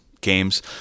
games